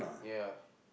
ya